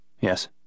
Yes